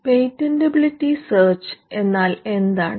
patentability search എന്നാൽ എന്താണ്